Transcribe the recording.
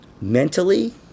mentally